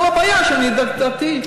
כל הבעיה, שאני דתי.